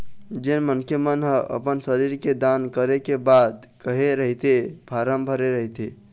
जेन मनखे मन ह अपन शरीर के दान करे के बात कहे रहिथे फारम भरे रहिथे